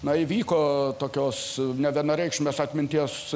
na įvyko tokios nevienareikšmės atminties